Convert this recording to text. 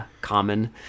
common